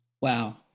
Wow